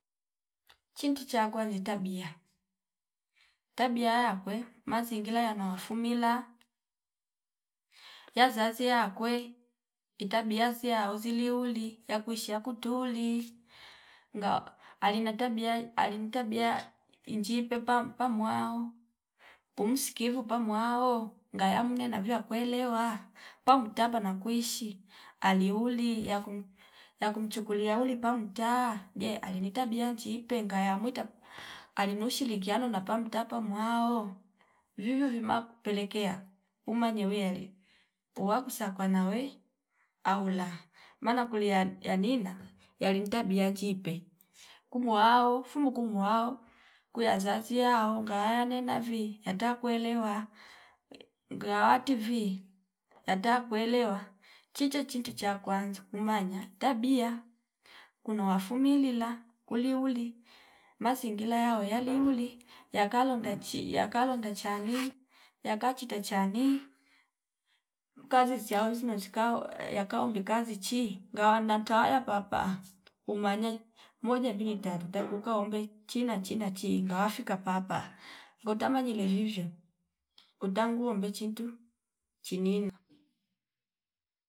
Chintu cha kwali tabia tabia yakwe mazingila yano yafumila yazazi yakwe itabia ziya wozi liyuli yakushu yakutuli ngaa ali na tabia alin tabia injipe pam- pamwao umsikivu pamuwao ngaya mnena viwa kuelewa papu tanda nakuishi ali uli yakum- yakumchuliali pamu ta je ali ni tabia njipe ngaya mwita alinu shilikiano napamtapa muwao vivyo vima kupeleka umanya wiali uwagusa kwanawe au laa maana kulia yali yanina yali ntabia njipe kumu wao fumu kumuwao kuyazazi yao ngaya nena vi yata kuelewa ngawa wati vi yata kuelewa chiche chintu cha kwanza nimanya tabia kuno wafumilia kuli uli mazingila yawe yaliuli yakalonda chi yakalonda chani yakachita chani mkazi siya wonzi zino zikao yakaombi kazi chi ngawa nantawaya papa umanya moja mbili tatu taku kaombe china- china- chinachi ngawafika papa ngota manyile vivyo utanguo mbechi tu chinina